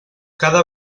cada